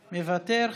מוותר.